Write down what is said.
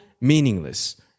meaningless